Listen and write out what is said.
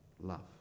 love